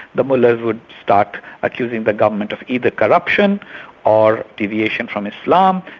the mullahs would start accusing the government of either corruption or deviation from islam,